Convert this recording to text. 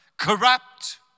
corrupt